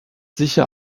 sicher